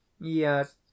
Yes